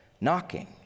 knocking